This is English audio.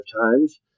times